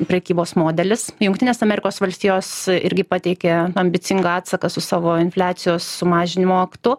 prekybos modelis jungtinės amerikos valstijos irgi pateikė ambicingą atsaką su savo infliacijos sumažinimo aktu